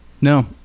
No